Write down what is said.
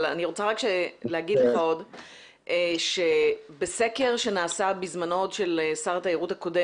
אבל אני רק רוצה להגיד שבסקר שנעשה עוד בזמנו של שר התיירות הקודם,